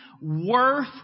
worth